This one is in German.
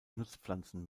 nutzpflanzen